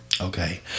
okay